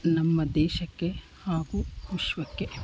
ನಮ್ಮ ದೇಶಕ್ಕೆ ಹಾಗು ವಿಶ್ವಕ್ಕೆ